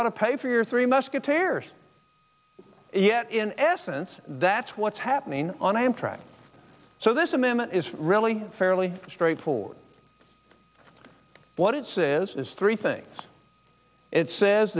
ought to pay for your three musketeers yet in essence that's what's happening on amtrak so this amendment is really fairly straightforward what it says is three things it says